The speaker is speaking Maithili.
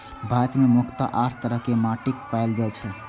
भारत मे मुख्यतः आठ तरह के माटि पाएल जाए छै